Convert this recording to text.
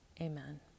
Amen